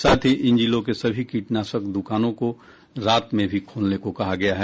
साथ ही इन जिलों के सभी कीटनाशक दुकानों को रात में भी खोलने को कहा गया है